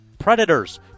Predators